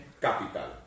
capital